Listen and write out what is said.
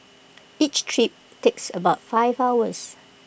each trip takes about five hours